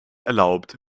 erlaubt